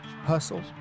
hustle